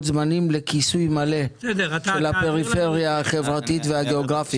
זמנים לכיסוי מלא של הפריפריה החברתית והגיאוגרפית.